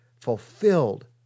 fulfilled